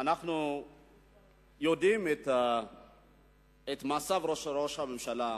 אנחנו יודעים מה מצבו של ראש הממשלה.